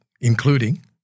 including